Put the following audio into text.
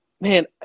Man